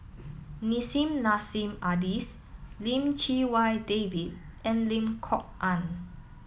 Nissim Nassim Adis Lim Chee Wai David and Lim Kok Ann